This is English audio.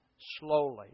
slowly